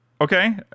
Okay